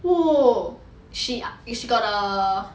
!whoa! she she got the